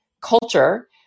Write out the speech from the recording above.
culture